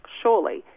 surely